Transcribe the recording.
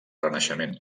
renaixement